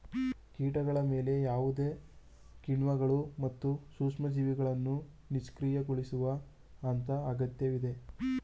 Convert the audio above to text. ಕೀಟಗಳ ಮೇಲೆ ಯಾವುದೇ ಕಿಣ್ವಗಳು ಮತ್ತು ಸೂಕ್ಷ್ಮಜೀವಿಗಳನ್ನು ನಿಷ್ಕ್ರಿಯಗೊಳಿಸುವ ಹಂತ ಅಗತ್ಯವಿದೆ